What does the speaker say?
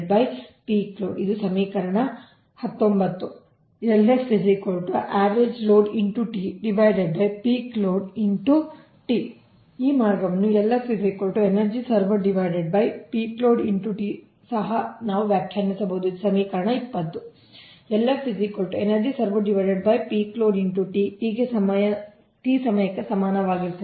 ಆದ್ದರಿಂದ ಆದ್ದರಿಂದ ಇದು ಸಮೀಕರಣ 19 ನಿಮ್ಮ ಈ ಮಾರ್ಗವನ್ನು ಸಹ ನಾವು ವ್ಯಾಖ್ಯಾನಿಸಬಹುದು ಇದು ಸಮೀಕರಣ 20 T ಸಮಯಕ್ಕೆ ಸಮಾನವಾಗಿರುತ್ತದೆ